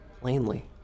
plainly